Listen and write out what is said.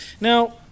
Now